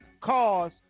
cause